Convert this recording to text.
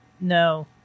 no